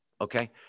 okay